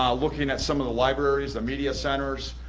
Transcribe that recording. um looking at some of the libraries, the media centers,